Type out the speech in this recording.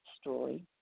story